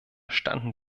standen